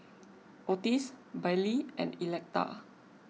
Ottis Bailee and Electa